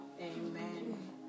Amen